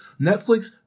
Netflix